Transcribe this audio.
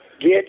get